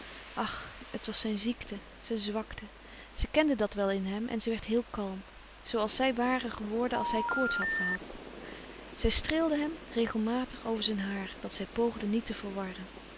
ach het was zijn ziekte zijn zwakte ze kende dat wel in hem en ze werd heel kalm zoo als zij ware geworden als hij koorts had gehad zij streelde hem regelmatig over zijn haar dat zij poogde niet